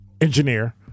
engineer